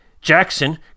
Jackson